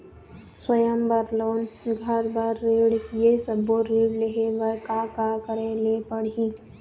स्वयं बर लोन, घर बर ऋण, ये सब्बो ऋण लहे बर का का करे ले पड़ही?